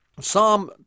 Psalm